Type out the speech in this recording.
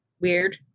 Weird